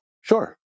sure